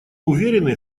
уверены